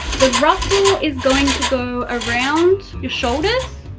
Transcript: the ruffle is going to go around your shoulders,